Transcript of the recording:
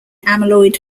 amyloid